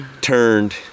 turned